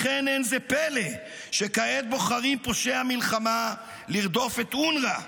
לכן אין זה פלא שכעת בוחרים פושעי המלחמה לרדוף את אונר"א,